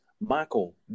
Michael